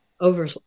over